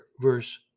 verse